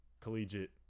Collegiate